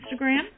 Instagram